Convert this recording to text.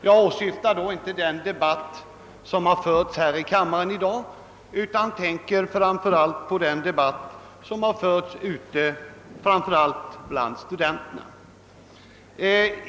Jag åsyftar då inte den debatt som har förts här i kammaren i dag utan tänker på den debatt som förts ute på fältet, framför allt bland studenterna.